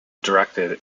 directed